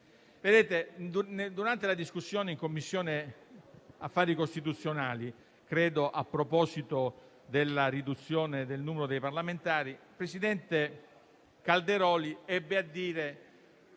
sistema. Durante la discussione in Commissione affari costituzionali a proposito della riduzione del numero dei parlamentari, il presidente Calderoli ebbe a dire,